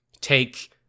take